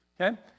Okay